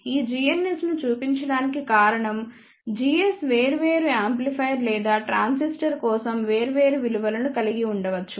ఈ gns ను చూపించడానికి కారణం gs వేర్వేరు యాంప్లిఫైయర్ లేదా ట్రాన్సిస్టర్ కోసం వేర్వేరు విలువలను కలిగి ఉండవచ్చు